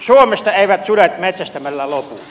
suomesta eivät sudet metsästämällä lopu